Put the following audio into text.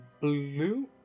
Blue